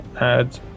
Add